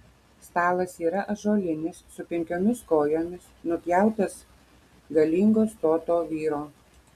stalas yra ąžuolinis su penkiomis kojomis nupjautas galingo stoto vyro